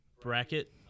bracket